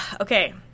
Okay